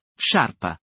sciarpa